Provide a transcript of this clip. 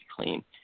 clean